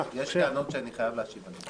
יש טענות שאני חייב להשיב עליהן,